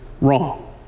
wrong